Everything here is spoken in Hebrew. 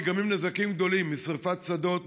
נגרמים נזקים גדולים משרפת שדות,